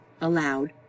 Aloud